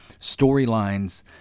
storylines